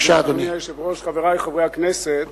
אדוני היושב-ראש, חברי חברי הכנסת,